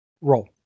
Roll